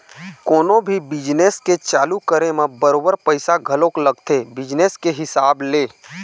कोनो भी बिजनेस के चालू करे म बरोबर पइसा घलोक लगथे बिजनेस के हिसाब ले